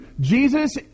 Jesus